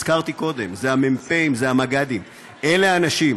הזכרתי קודם: זה המ"פים, זה המג"דים, אלה האנשים.